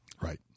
Right